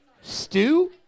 Stew